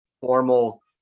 formal